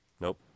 Nope